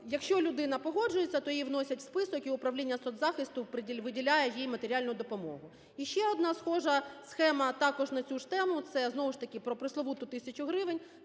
Якщо людина погоджується, то її вносять у список - і управліннясоцзахисту виділяє їй матеріальну допомогу. І ще одна схожа схема, також на цю ж тему, це знову ж таки про пресловуту тисячу гривень.